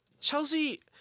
Chelsea